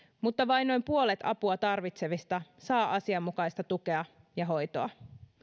mutta vain noin puolet apua tarvitsevista saa asianmukaista tukea ja hoitoa